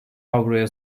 avroya